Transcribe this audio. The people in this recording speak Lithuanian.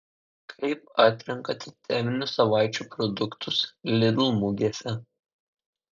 kaip atrenkate teminių savaičių produktus lidl mugėse